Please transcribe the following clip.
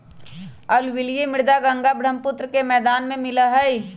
alluvial मृदा गंगा बर्ह्म्पुत्र के मैदान में मिला हई